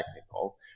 technical